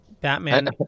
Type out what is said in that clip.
Batman